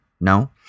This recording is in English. No